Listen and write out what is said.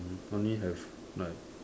hmm only have like